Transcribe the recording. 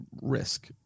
risk